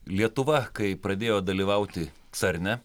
lietuva kai pradėjo dalyvauti cerne